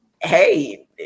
Hey